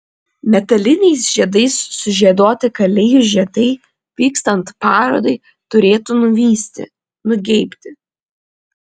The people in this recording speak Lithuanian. metaliniais žiedais sužieduoti kalijų žiedai vykstant parodai turėtų nuvysti nugeibti